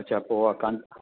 अच्छा पोइ उहो कान